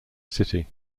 city